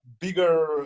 bigger